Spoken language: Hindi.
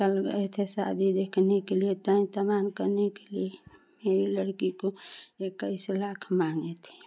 कर रहे थे शादी देखने के लिए तय तमाम करने के लिए मेरी लड़की को लेकर इक्कीस लाख माँगे थे